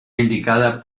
indicada